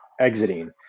exiting